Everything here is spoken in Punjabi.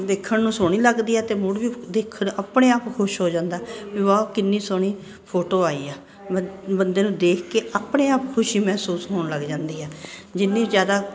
ਦੇਖਣ ਨੂੰ ਸੋਹਣੀ ਲੱਗਦੀ ਹੈ ਅਤੇ ਥੋੜ੍ਹੀ ਦਿਖ ਆਪਣੇ ਆਪ ਖੁਸ਼ ਹੋ ਜਾਂਦਾ ਵੀ ਵਾਹ ਕਿੰਨੀ ਸੋਹਣੀ ਫੋਟੋ ਆਈ ਆ ਬੰਦ ਬੰਦੇ ਨੂੰ ਦੇਖ ਕੇ ਆਪਣੇ ਆਪ ਖੁਸ਼ੀ ਮਹਿਸੂਸ ਹੋਣ ਲੱਗ ਜਾਂਦੀ ਆ ਜਿੰਨੀ ਜ਼ਿਆਦਾ